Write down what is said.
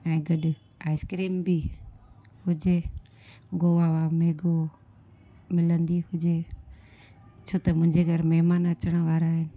ऐं गॾु आइसक्रीम बि हुजे गुआवा में गो मिलंदी हुजे छो त मुंहिंजे घरु महिमान अचण वारा आहिनि